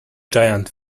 giant